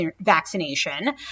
vaccination